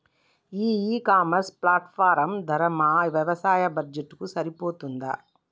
ఈ e commerce platform ధర మా వ్యవసాయ బడ్జెట్ కు సరిపోతుందా?